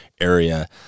area